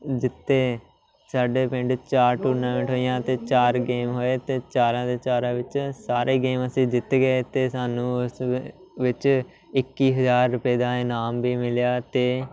ਜਿੱਤੇ ਸਾਡੇ ਪਿੰਡ ਚਾਰ ਟੂਰਨਾਮੈਂਟ ਹੋਈਆਂ ਅਤੇ ਚਾਰ ਗੇਮ ਹੋਏ ਅਤੇ ਚਾਰਾਂ ਦੇ ਚਾਰਾਂ ਵਿੱਚ ਸਾਰੇ ਗੇਮ ਅਸੀਂ ਜਿੱਤ ਗਏ ਅਤੇ ਸਾਨੂੰ ਉਸ ਵਿੱਚ ਇੱਕੀ ਹਜ਼ਾਰ ਰੁਪਏ ਦਾ ਇਨਾਮ ਵੀ ਮਿਲਿਆ ਅਤੇ